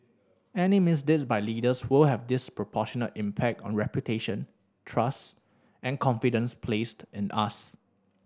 any misdeeds by leaders will have disproportionate impact on reputation trust and confidence placed in us